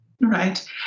Right